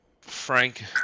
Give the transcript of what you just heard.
Frank